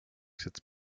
sitzt